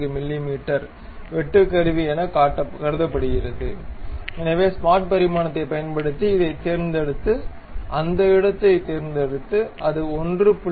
14 வெட்டுக்கருவி எனக் கருதப்படுகிறது எனவே ஸ்மார்ட் பரிமாணத்தைப் பயன்படுத்தி இதைத் தேர்ந்தெடுத்து அந்த இடத்தைத் தேர்ந்தெடுத்து அது 1